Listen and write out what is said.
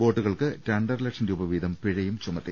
ബോട്ടുകൾക്ക് രണ്ടരലക്ഷം രൂപ വീതം പിഴയും ചുമത്തി